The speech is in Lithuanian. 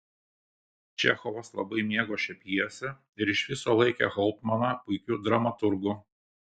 čechovas labai mėgo šią pjesę ir iš viso laikė hauptmaną puikiu dramaturgu